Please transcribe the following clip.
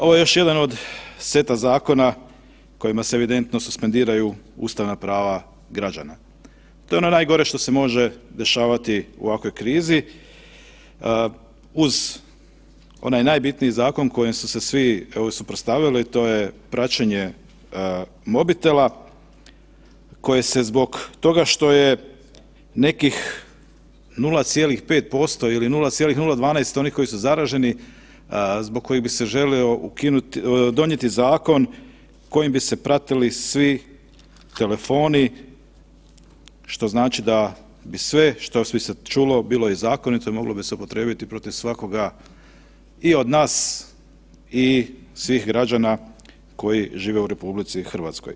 Ovo je još jedan od seta zakona kojima se evidentno suspendiraju ustavna prava građana, to je ono najgore što se može dešavati u ovakvoj krizi uz onaj najbitniji zakon kojem su se svi suprotstavili, to je praćenje mobitela koje se zbog toga što je nekih 0,5% ili 0,12 oni koji su zaraženi zbog kojih bi se želio donijeti zakon kojim bi se pratili svi telefoni, što znači da bi sve, … čulo bilo je zakonito i moglo bi se upotrijebiti protiv svakoga i od nas i svih građana koji žive u RH.